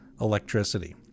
electricity